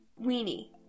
Weenie